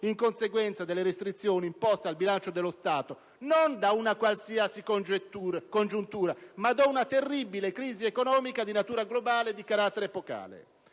in conseguenza delle restrizioni imposte al bilancio dello Stato, non da una qualsiasi congiuntura, ma da una terribile crisi economica di natura globale e di carattere epocale,